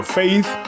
faith